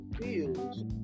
feels